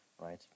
right